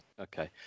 okay